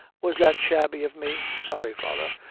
was that shabby of me? sorry, father.